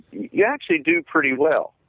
you actually do pretty well.